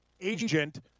agent